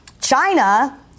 China